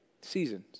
Seasons